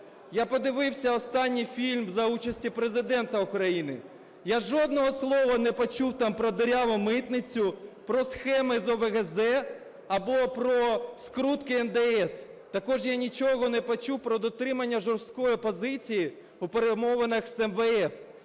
Я подивився останній фільм за участю Президента України. Я жодного слова не почув там про діряву митницю, про схеми з ОВГЗ або про скрутки НДС. Також я нічого не почув про дотримання жорсткої позиції у перемовинах з МВФ.